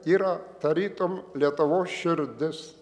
yra tarytum lietuvos širdis